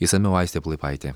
išsamiau aistė plaipaitė